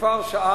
אם כבר שאלת,